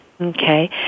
Okay